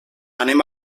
anem